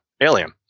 Alien